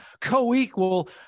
co-equal